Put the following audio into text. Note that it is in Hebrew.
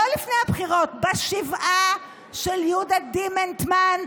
בשבעה של יהודה דימנטמן,